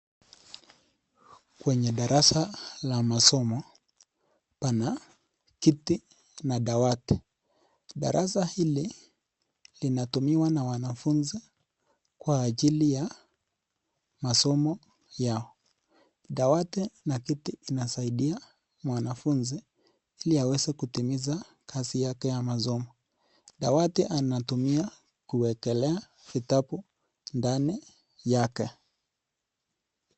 Kwenye darasa la masomo pana kiti na dawati darasa hili linatumiwa na wanafunzi kwa ajili ya masomo yao. Dawati na kiti inasaidia mwanafunzi ili aweze kutimiza kazi yake ya masomo dawati anatumia kuwekelea vitabu ndani yake.